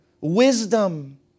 Wisdom